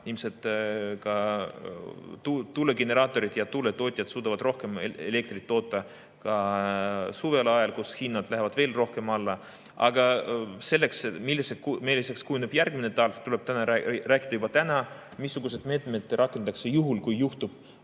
ilmselt tuulegeneraatorid ja tuuletootjad suudavad rohkem elektrit toota ka suveajal, kui hinnad lähevad veel rohkem alla. Aga sellest, milliseks kujuneb järgmine talv, tuleb rääkida juba täna. Missuguseid meetmeid rakendatakse juhul, kui toimub